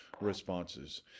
responses